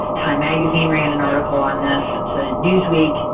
time magazine ran an article on this, so did newsweek.